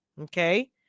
okay